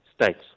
states